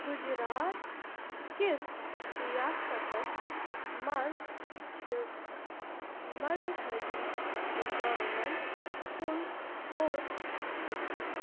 گُجرات كِس سیاسَتَس منٛز چھِ مذہبی مقامَن ہُنٛد بوٚڈ حِصہٕ